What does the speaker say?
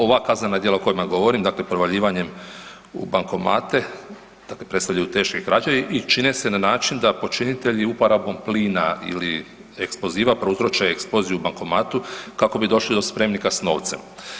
Ova kaznena djela o kojima govorim, dakle provaljivanjem u bankomate, dakle predstavljaju teške krađe i čine se na način da počinitelji uporabom plina ili eksploziva prouzroče eksploziju bankomatu kako bi došli do spremnika s novcem.